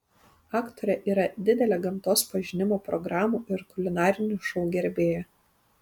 aktorė yra didelė gamtos pažinimo programų ir kulinarinių šou gerbėja